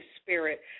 spirit